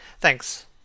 Thanks